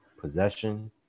possession